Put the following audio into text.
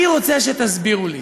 אני רוצה שתסבירו לי.